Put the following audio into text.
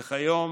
וכיום,